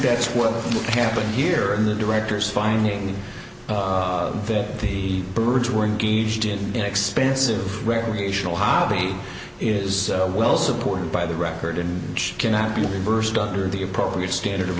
that's what happened here in the directors finding that the birds were engaged in an expensive recreational hobby is well supported by the record and cannot be reversed under the appropriate standard of